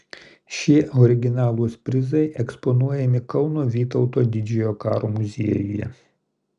šie originalūs prizai eksponuojami kauno vytauto didžiojo karo muziejuje